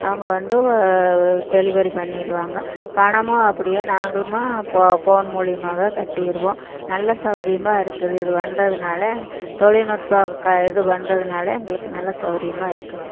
அவங்க வந்து டெலிவரி பண்ணிருவாங்க பணமும் அப்படியே நாங்களுமாக போ ஃபோன் மூலயமாவே கட்டிடுவோம் நல்ல சவுகரியமாருக்குது இது வந்ததுனால் தொழில்நுட்பம் இது வந்ததுனால் எங்களுக்கு நல்ல சவுகரியமா இருக்குது